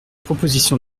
proposition